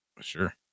Sure